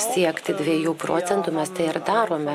siekti dviejų procentų mes tai ir darome